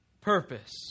purpose